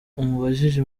umubajije